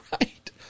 right